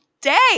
day